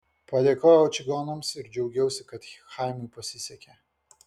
padėkojau čigonams ir džiaugiausi kad chaimui pasisekė